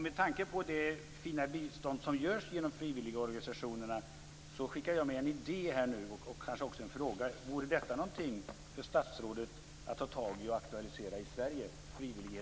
Med tanke på det fina bistånd som frivilligorganisationerna står för, skickar jag med en idé och en fråga. Vore frivillighetens dag, en FN-dag, något för statsrådet att ta tag i och aktualisera i Sverige?